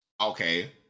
Okay